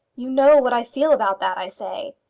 you know what i feel about that, i say.